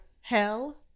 hell